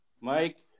Mike